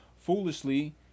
Foolishly